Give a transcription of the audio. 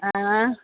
ಹಾಂ ಹಾಂ